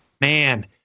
Man